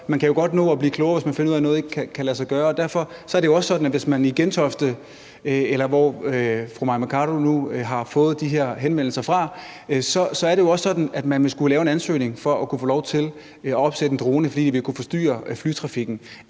nå at blive klogere, hvis man finder ud af, at noget ikke kan lade sig gøre. Derfor er det også sådan, at man i Gentofte, eller hvor fru Mai Mercado nu har fået de her henvendelser fra, også ville skulle lave en ansøgning for at kunne få lov til at opsætte en drone, fordi den vil kunne forstyrre flytrafikken.